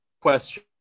question